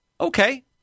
Okay